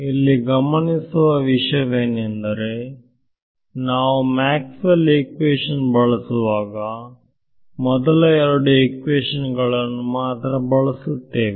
ಇಲ್ಲಿ ಗಮನಿಸುವ ವಿಷಯವೇನೆಂದರೆ ನಾವು ಮ್ಯಾಕ್ಸ್ವೆಲ್ ಈಕ್ವೇಶನ್ ಬಳಸುವಾಗ ಮೊದಲ ಎರಡು ಈಕ್ವೇಶನ್ ಗಳನ್ನು ಮಾತ್ರ ಬಳಸುತ್ತೇವೆ